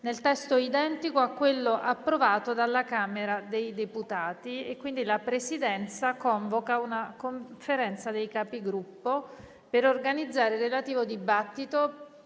Commissione identico a quello approvato dalla Camera dei deputati. È convocata la Conferenza dei Capigruppo per organizzare il relativo dibattito.